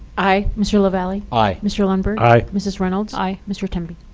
aye. mr. lavalley? aye. mr. lundberg? aye. mrs. reynolds? aye. mr. temby?